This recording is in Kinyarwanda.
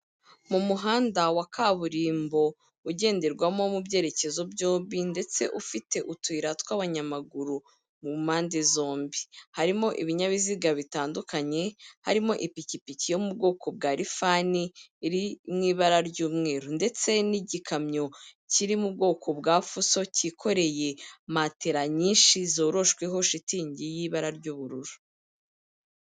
Mu muhanda wa kaburimbo ugenderwamo mu byerekezo byombi ndetse ufite utuyira tw'abanyamaguru mu mpande zombi, harimo ibinyabiziga bitandukanye harimo ipikipiki yo mu bwoko bwa lifani iri mu ibara ry'umweru ndetse n'igikamyo kiri mu bwoko bwa fuso cyikoreye matela nyinshi zoroshweho shitingi y'ibara ry'ubururu.